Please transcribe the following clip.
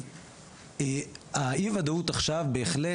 אז אי הוודאות עכשיו בהחלט,